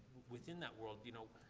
within that world, you know,